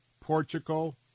Portugal